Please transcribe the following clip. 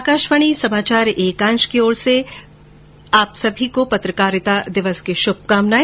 आकाशवाणी समाचार एकांश की ओर से पत्रकारिता दिवस की शुभकामनाएं